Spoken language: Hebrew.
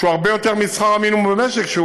שהוא הרבה יותר משכר המינימום במשק,